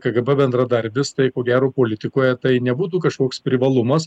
kgb bendradarbis tai ko gero politikoje tai nebūtų kažkoks privalumas